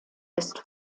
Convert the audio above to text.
ist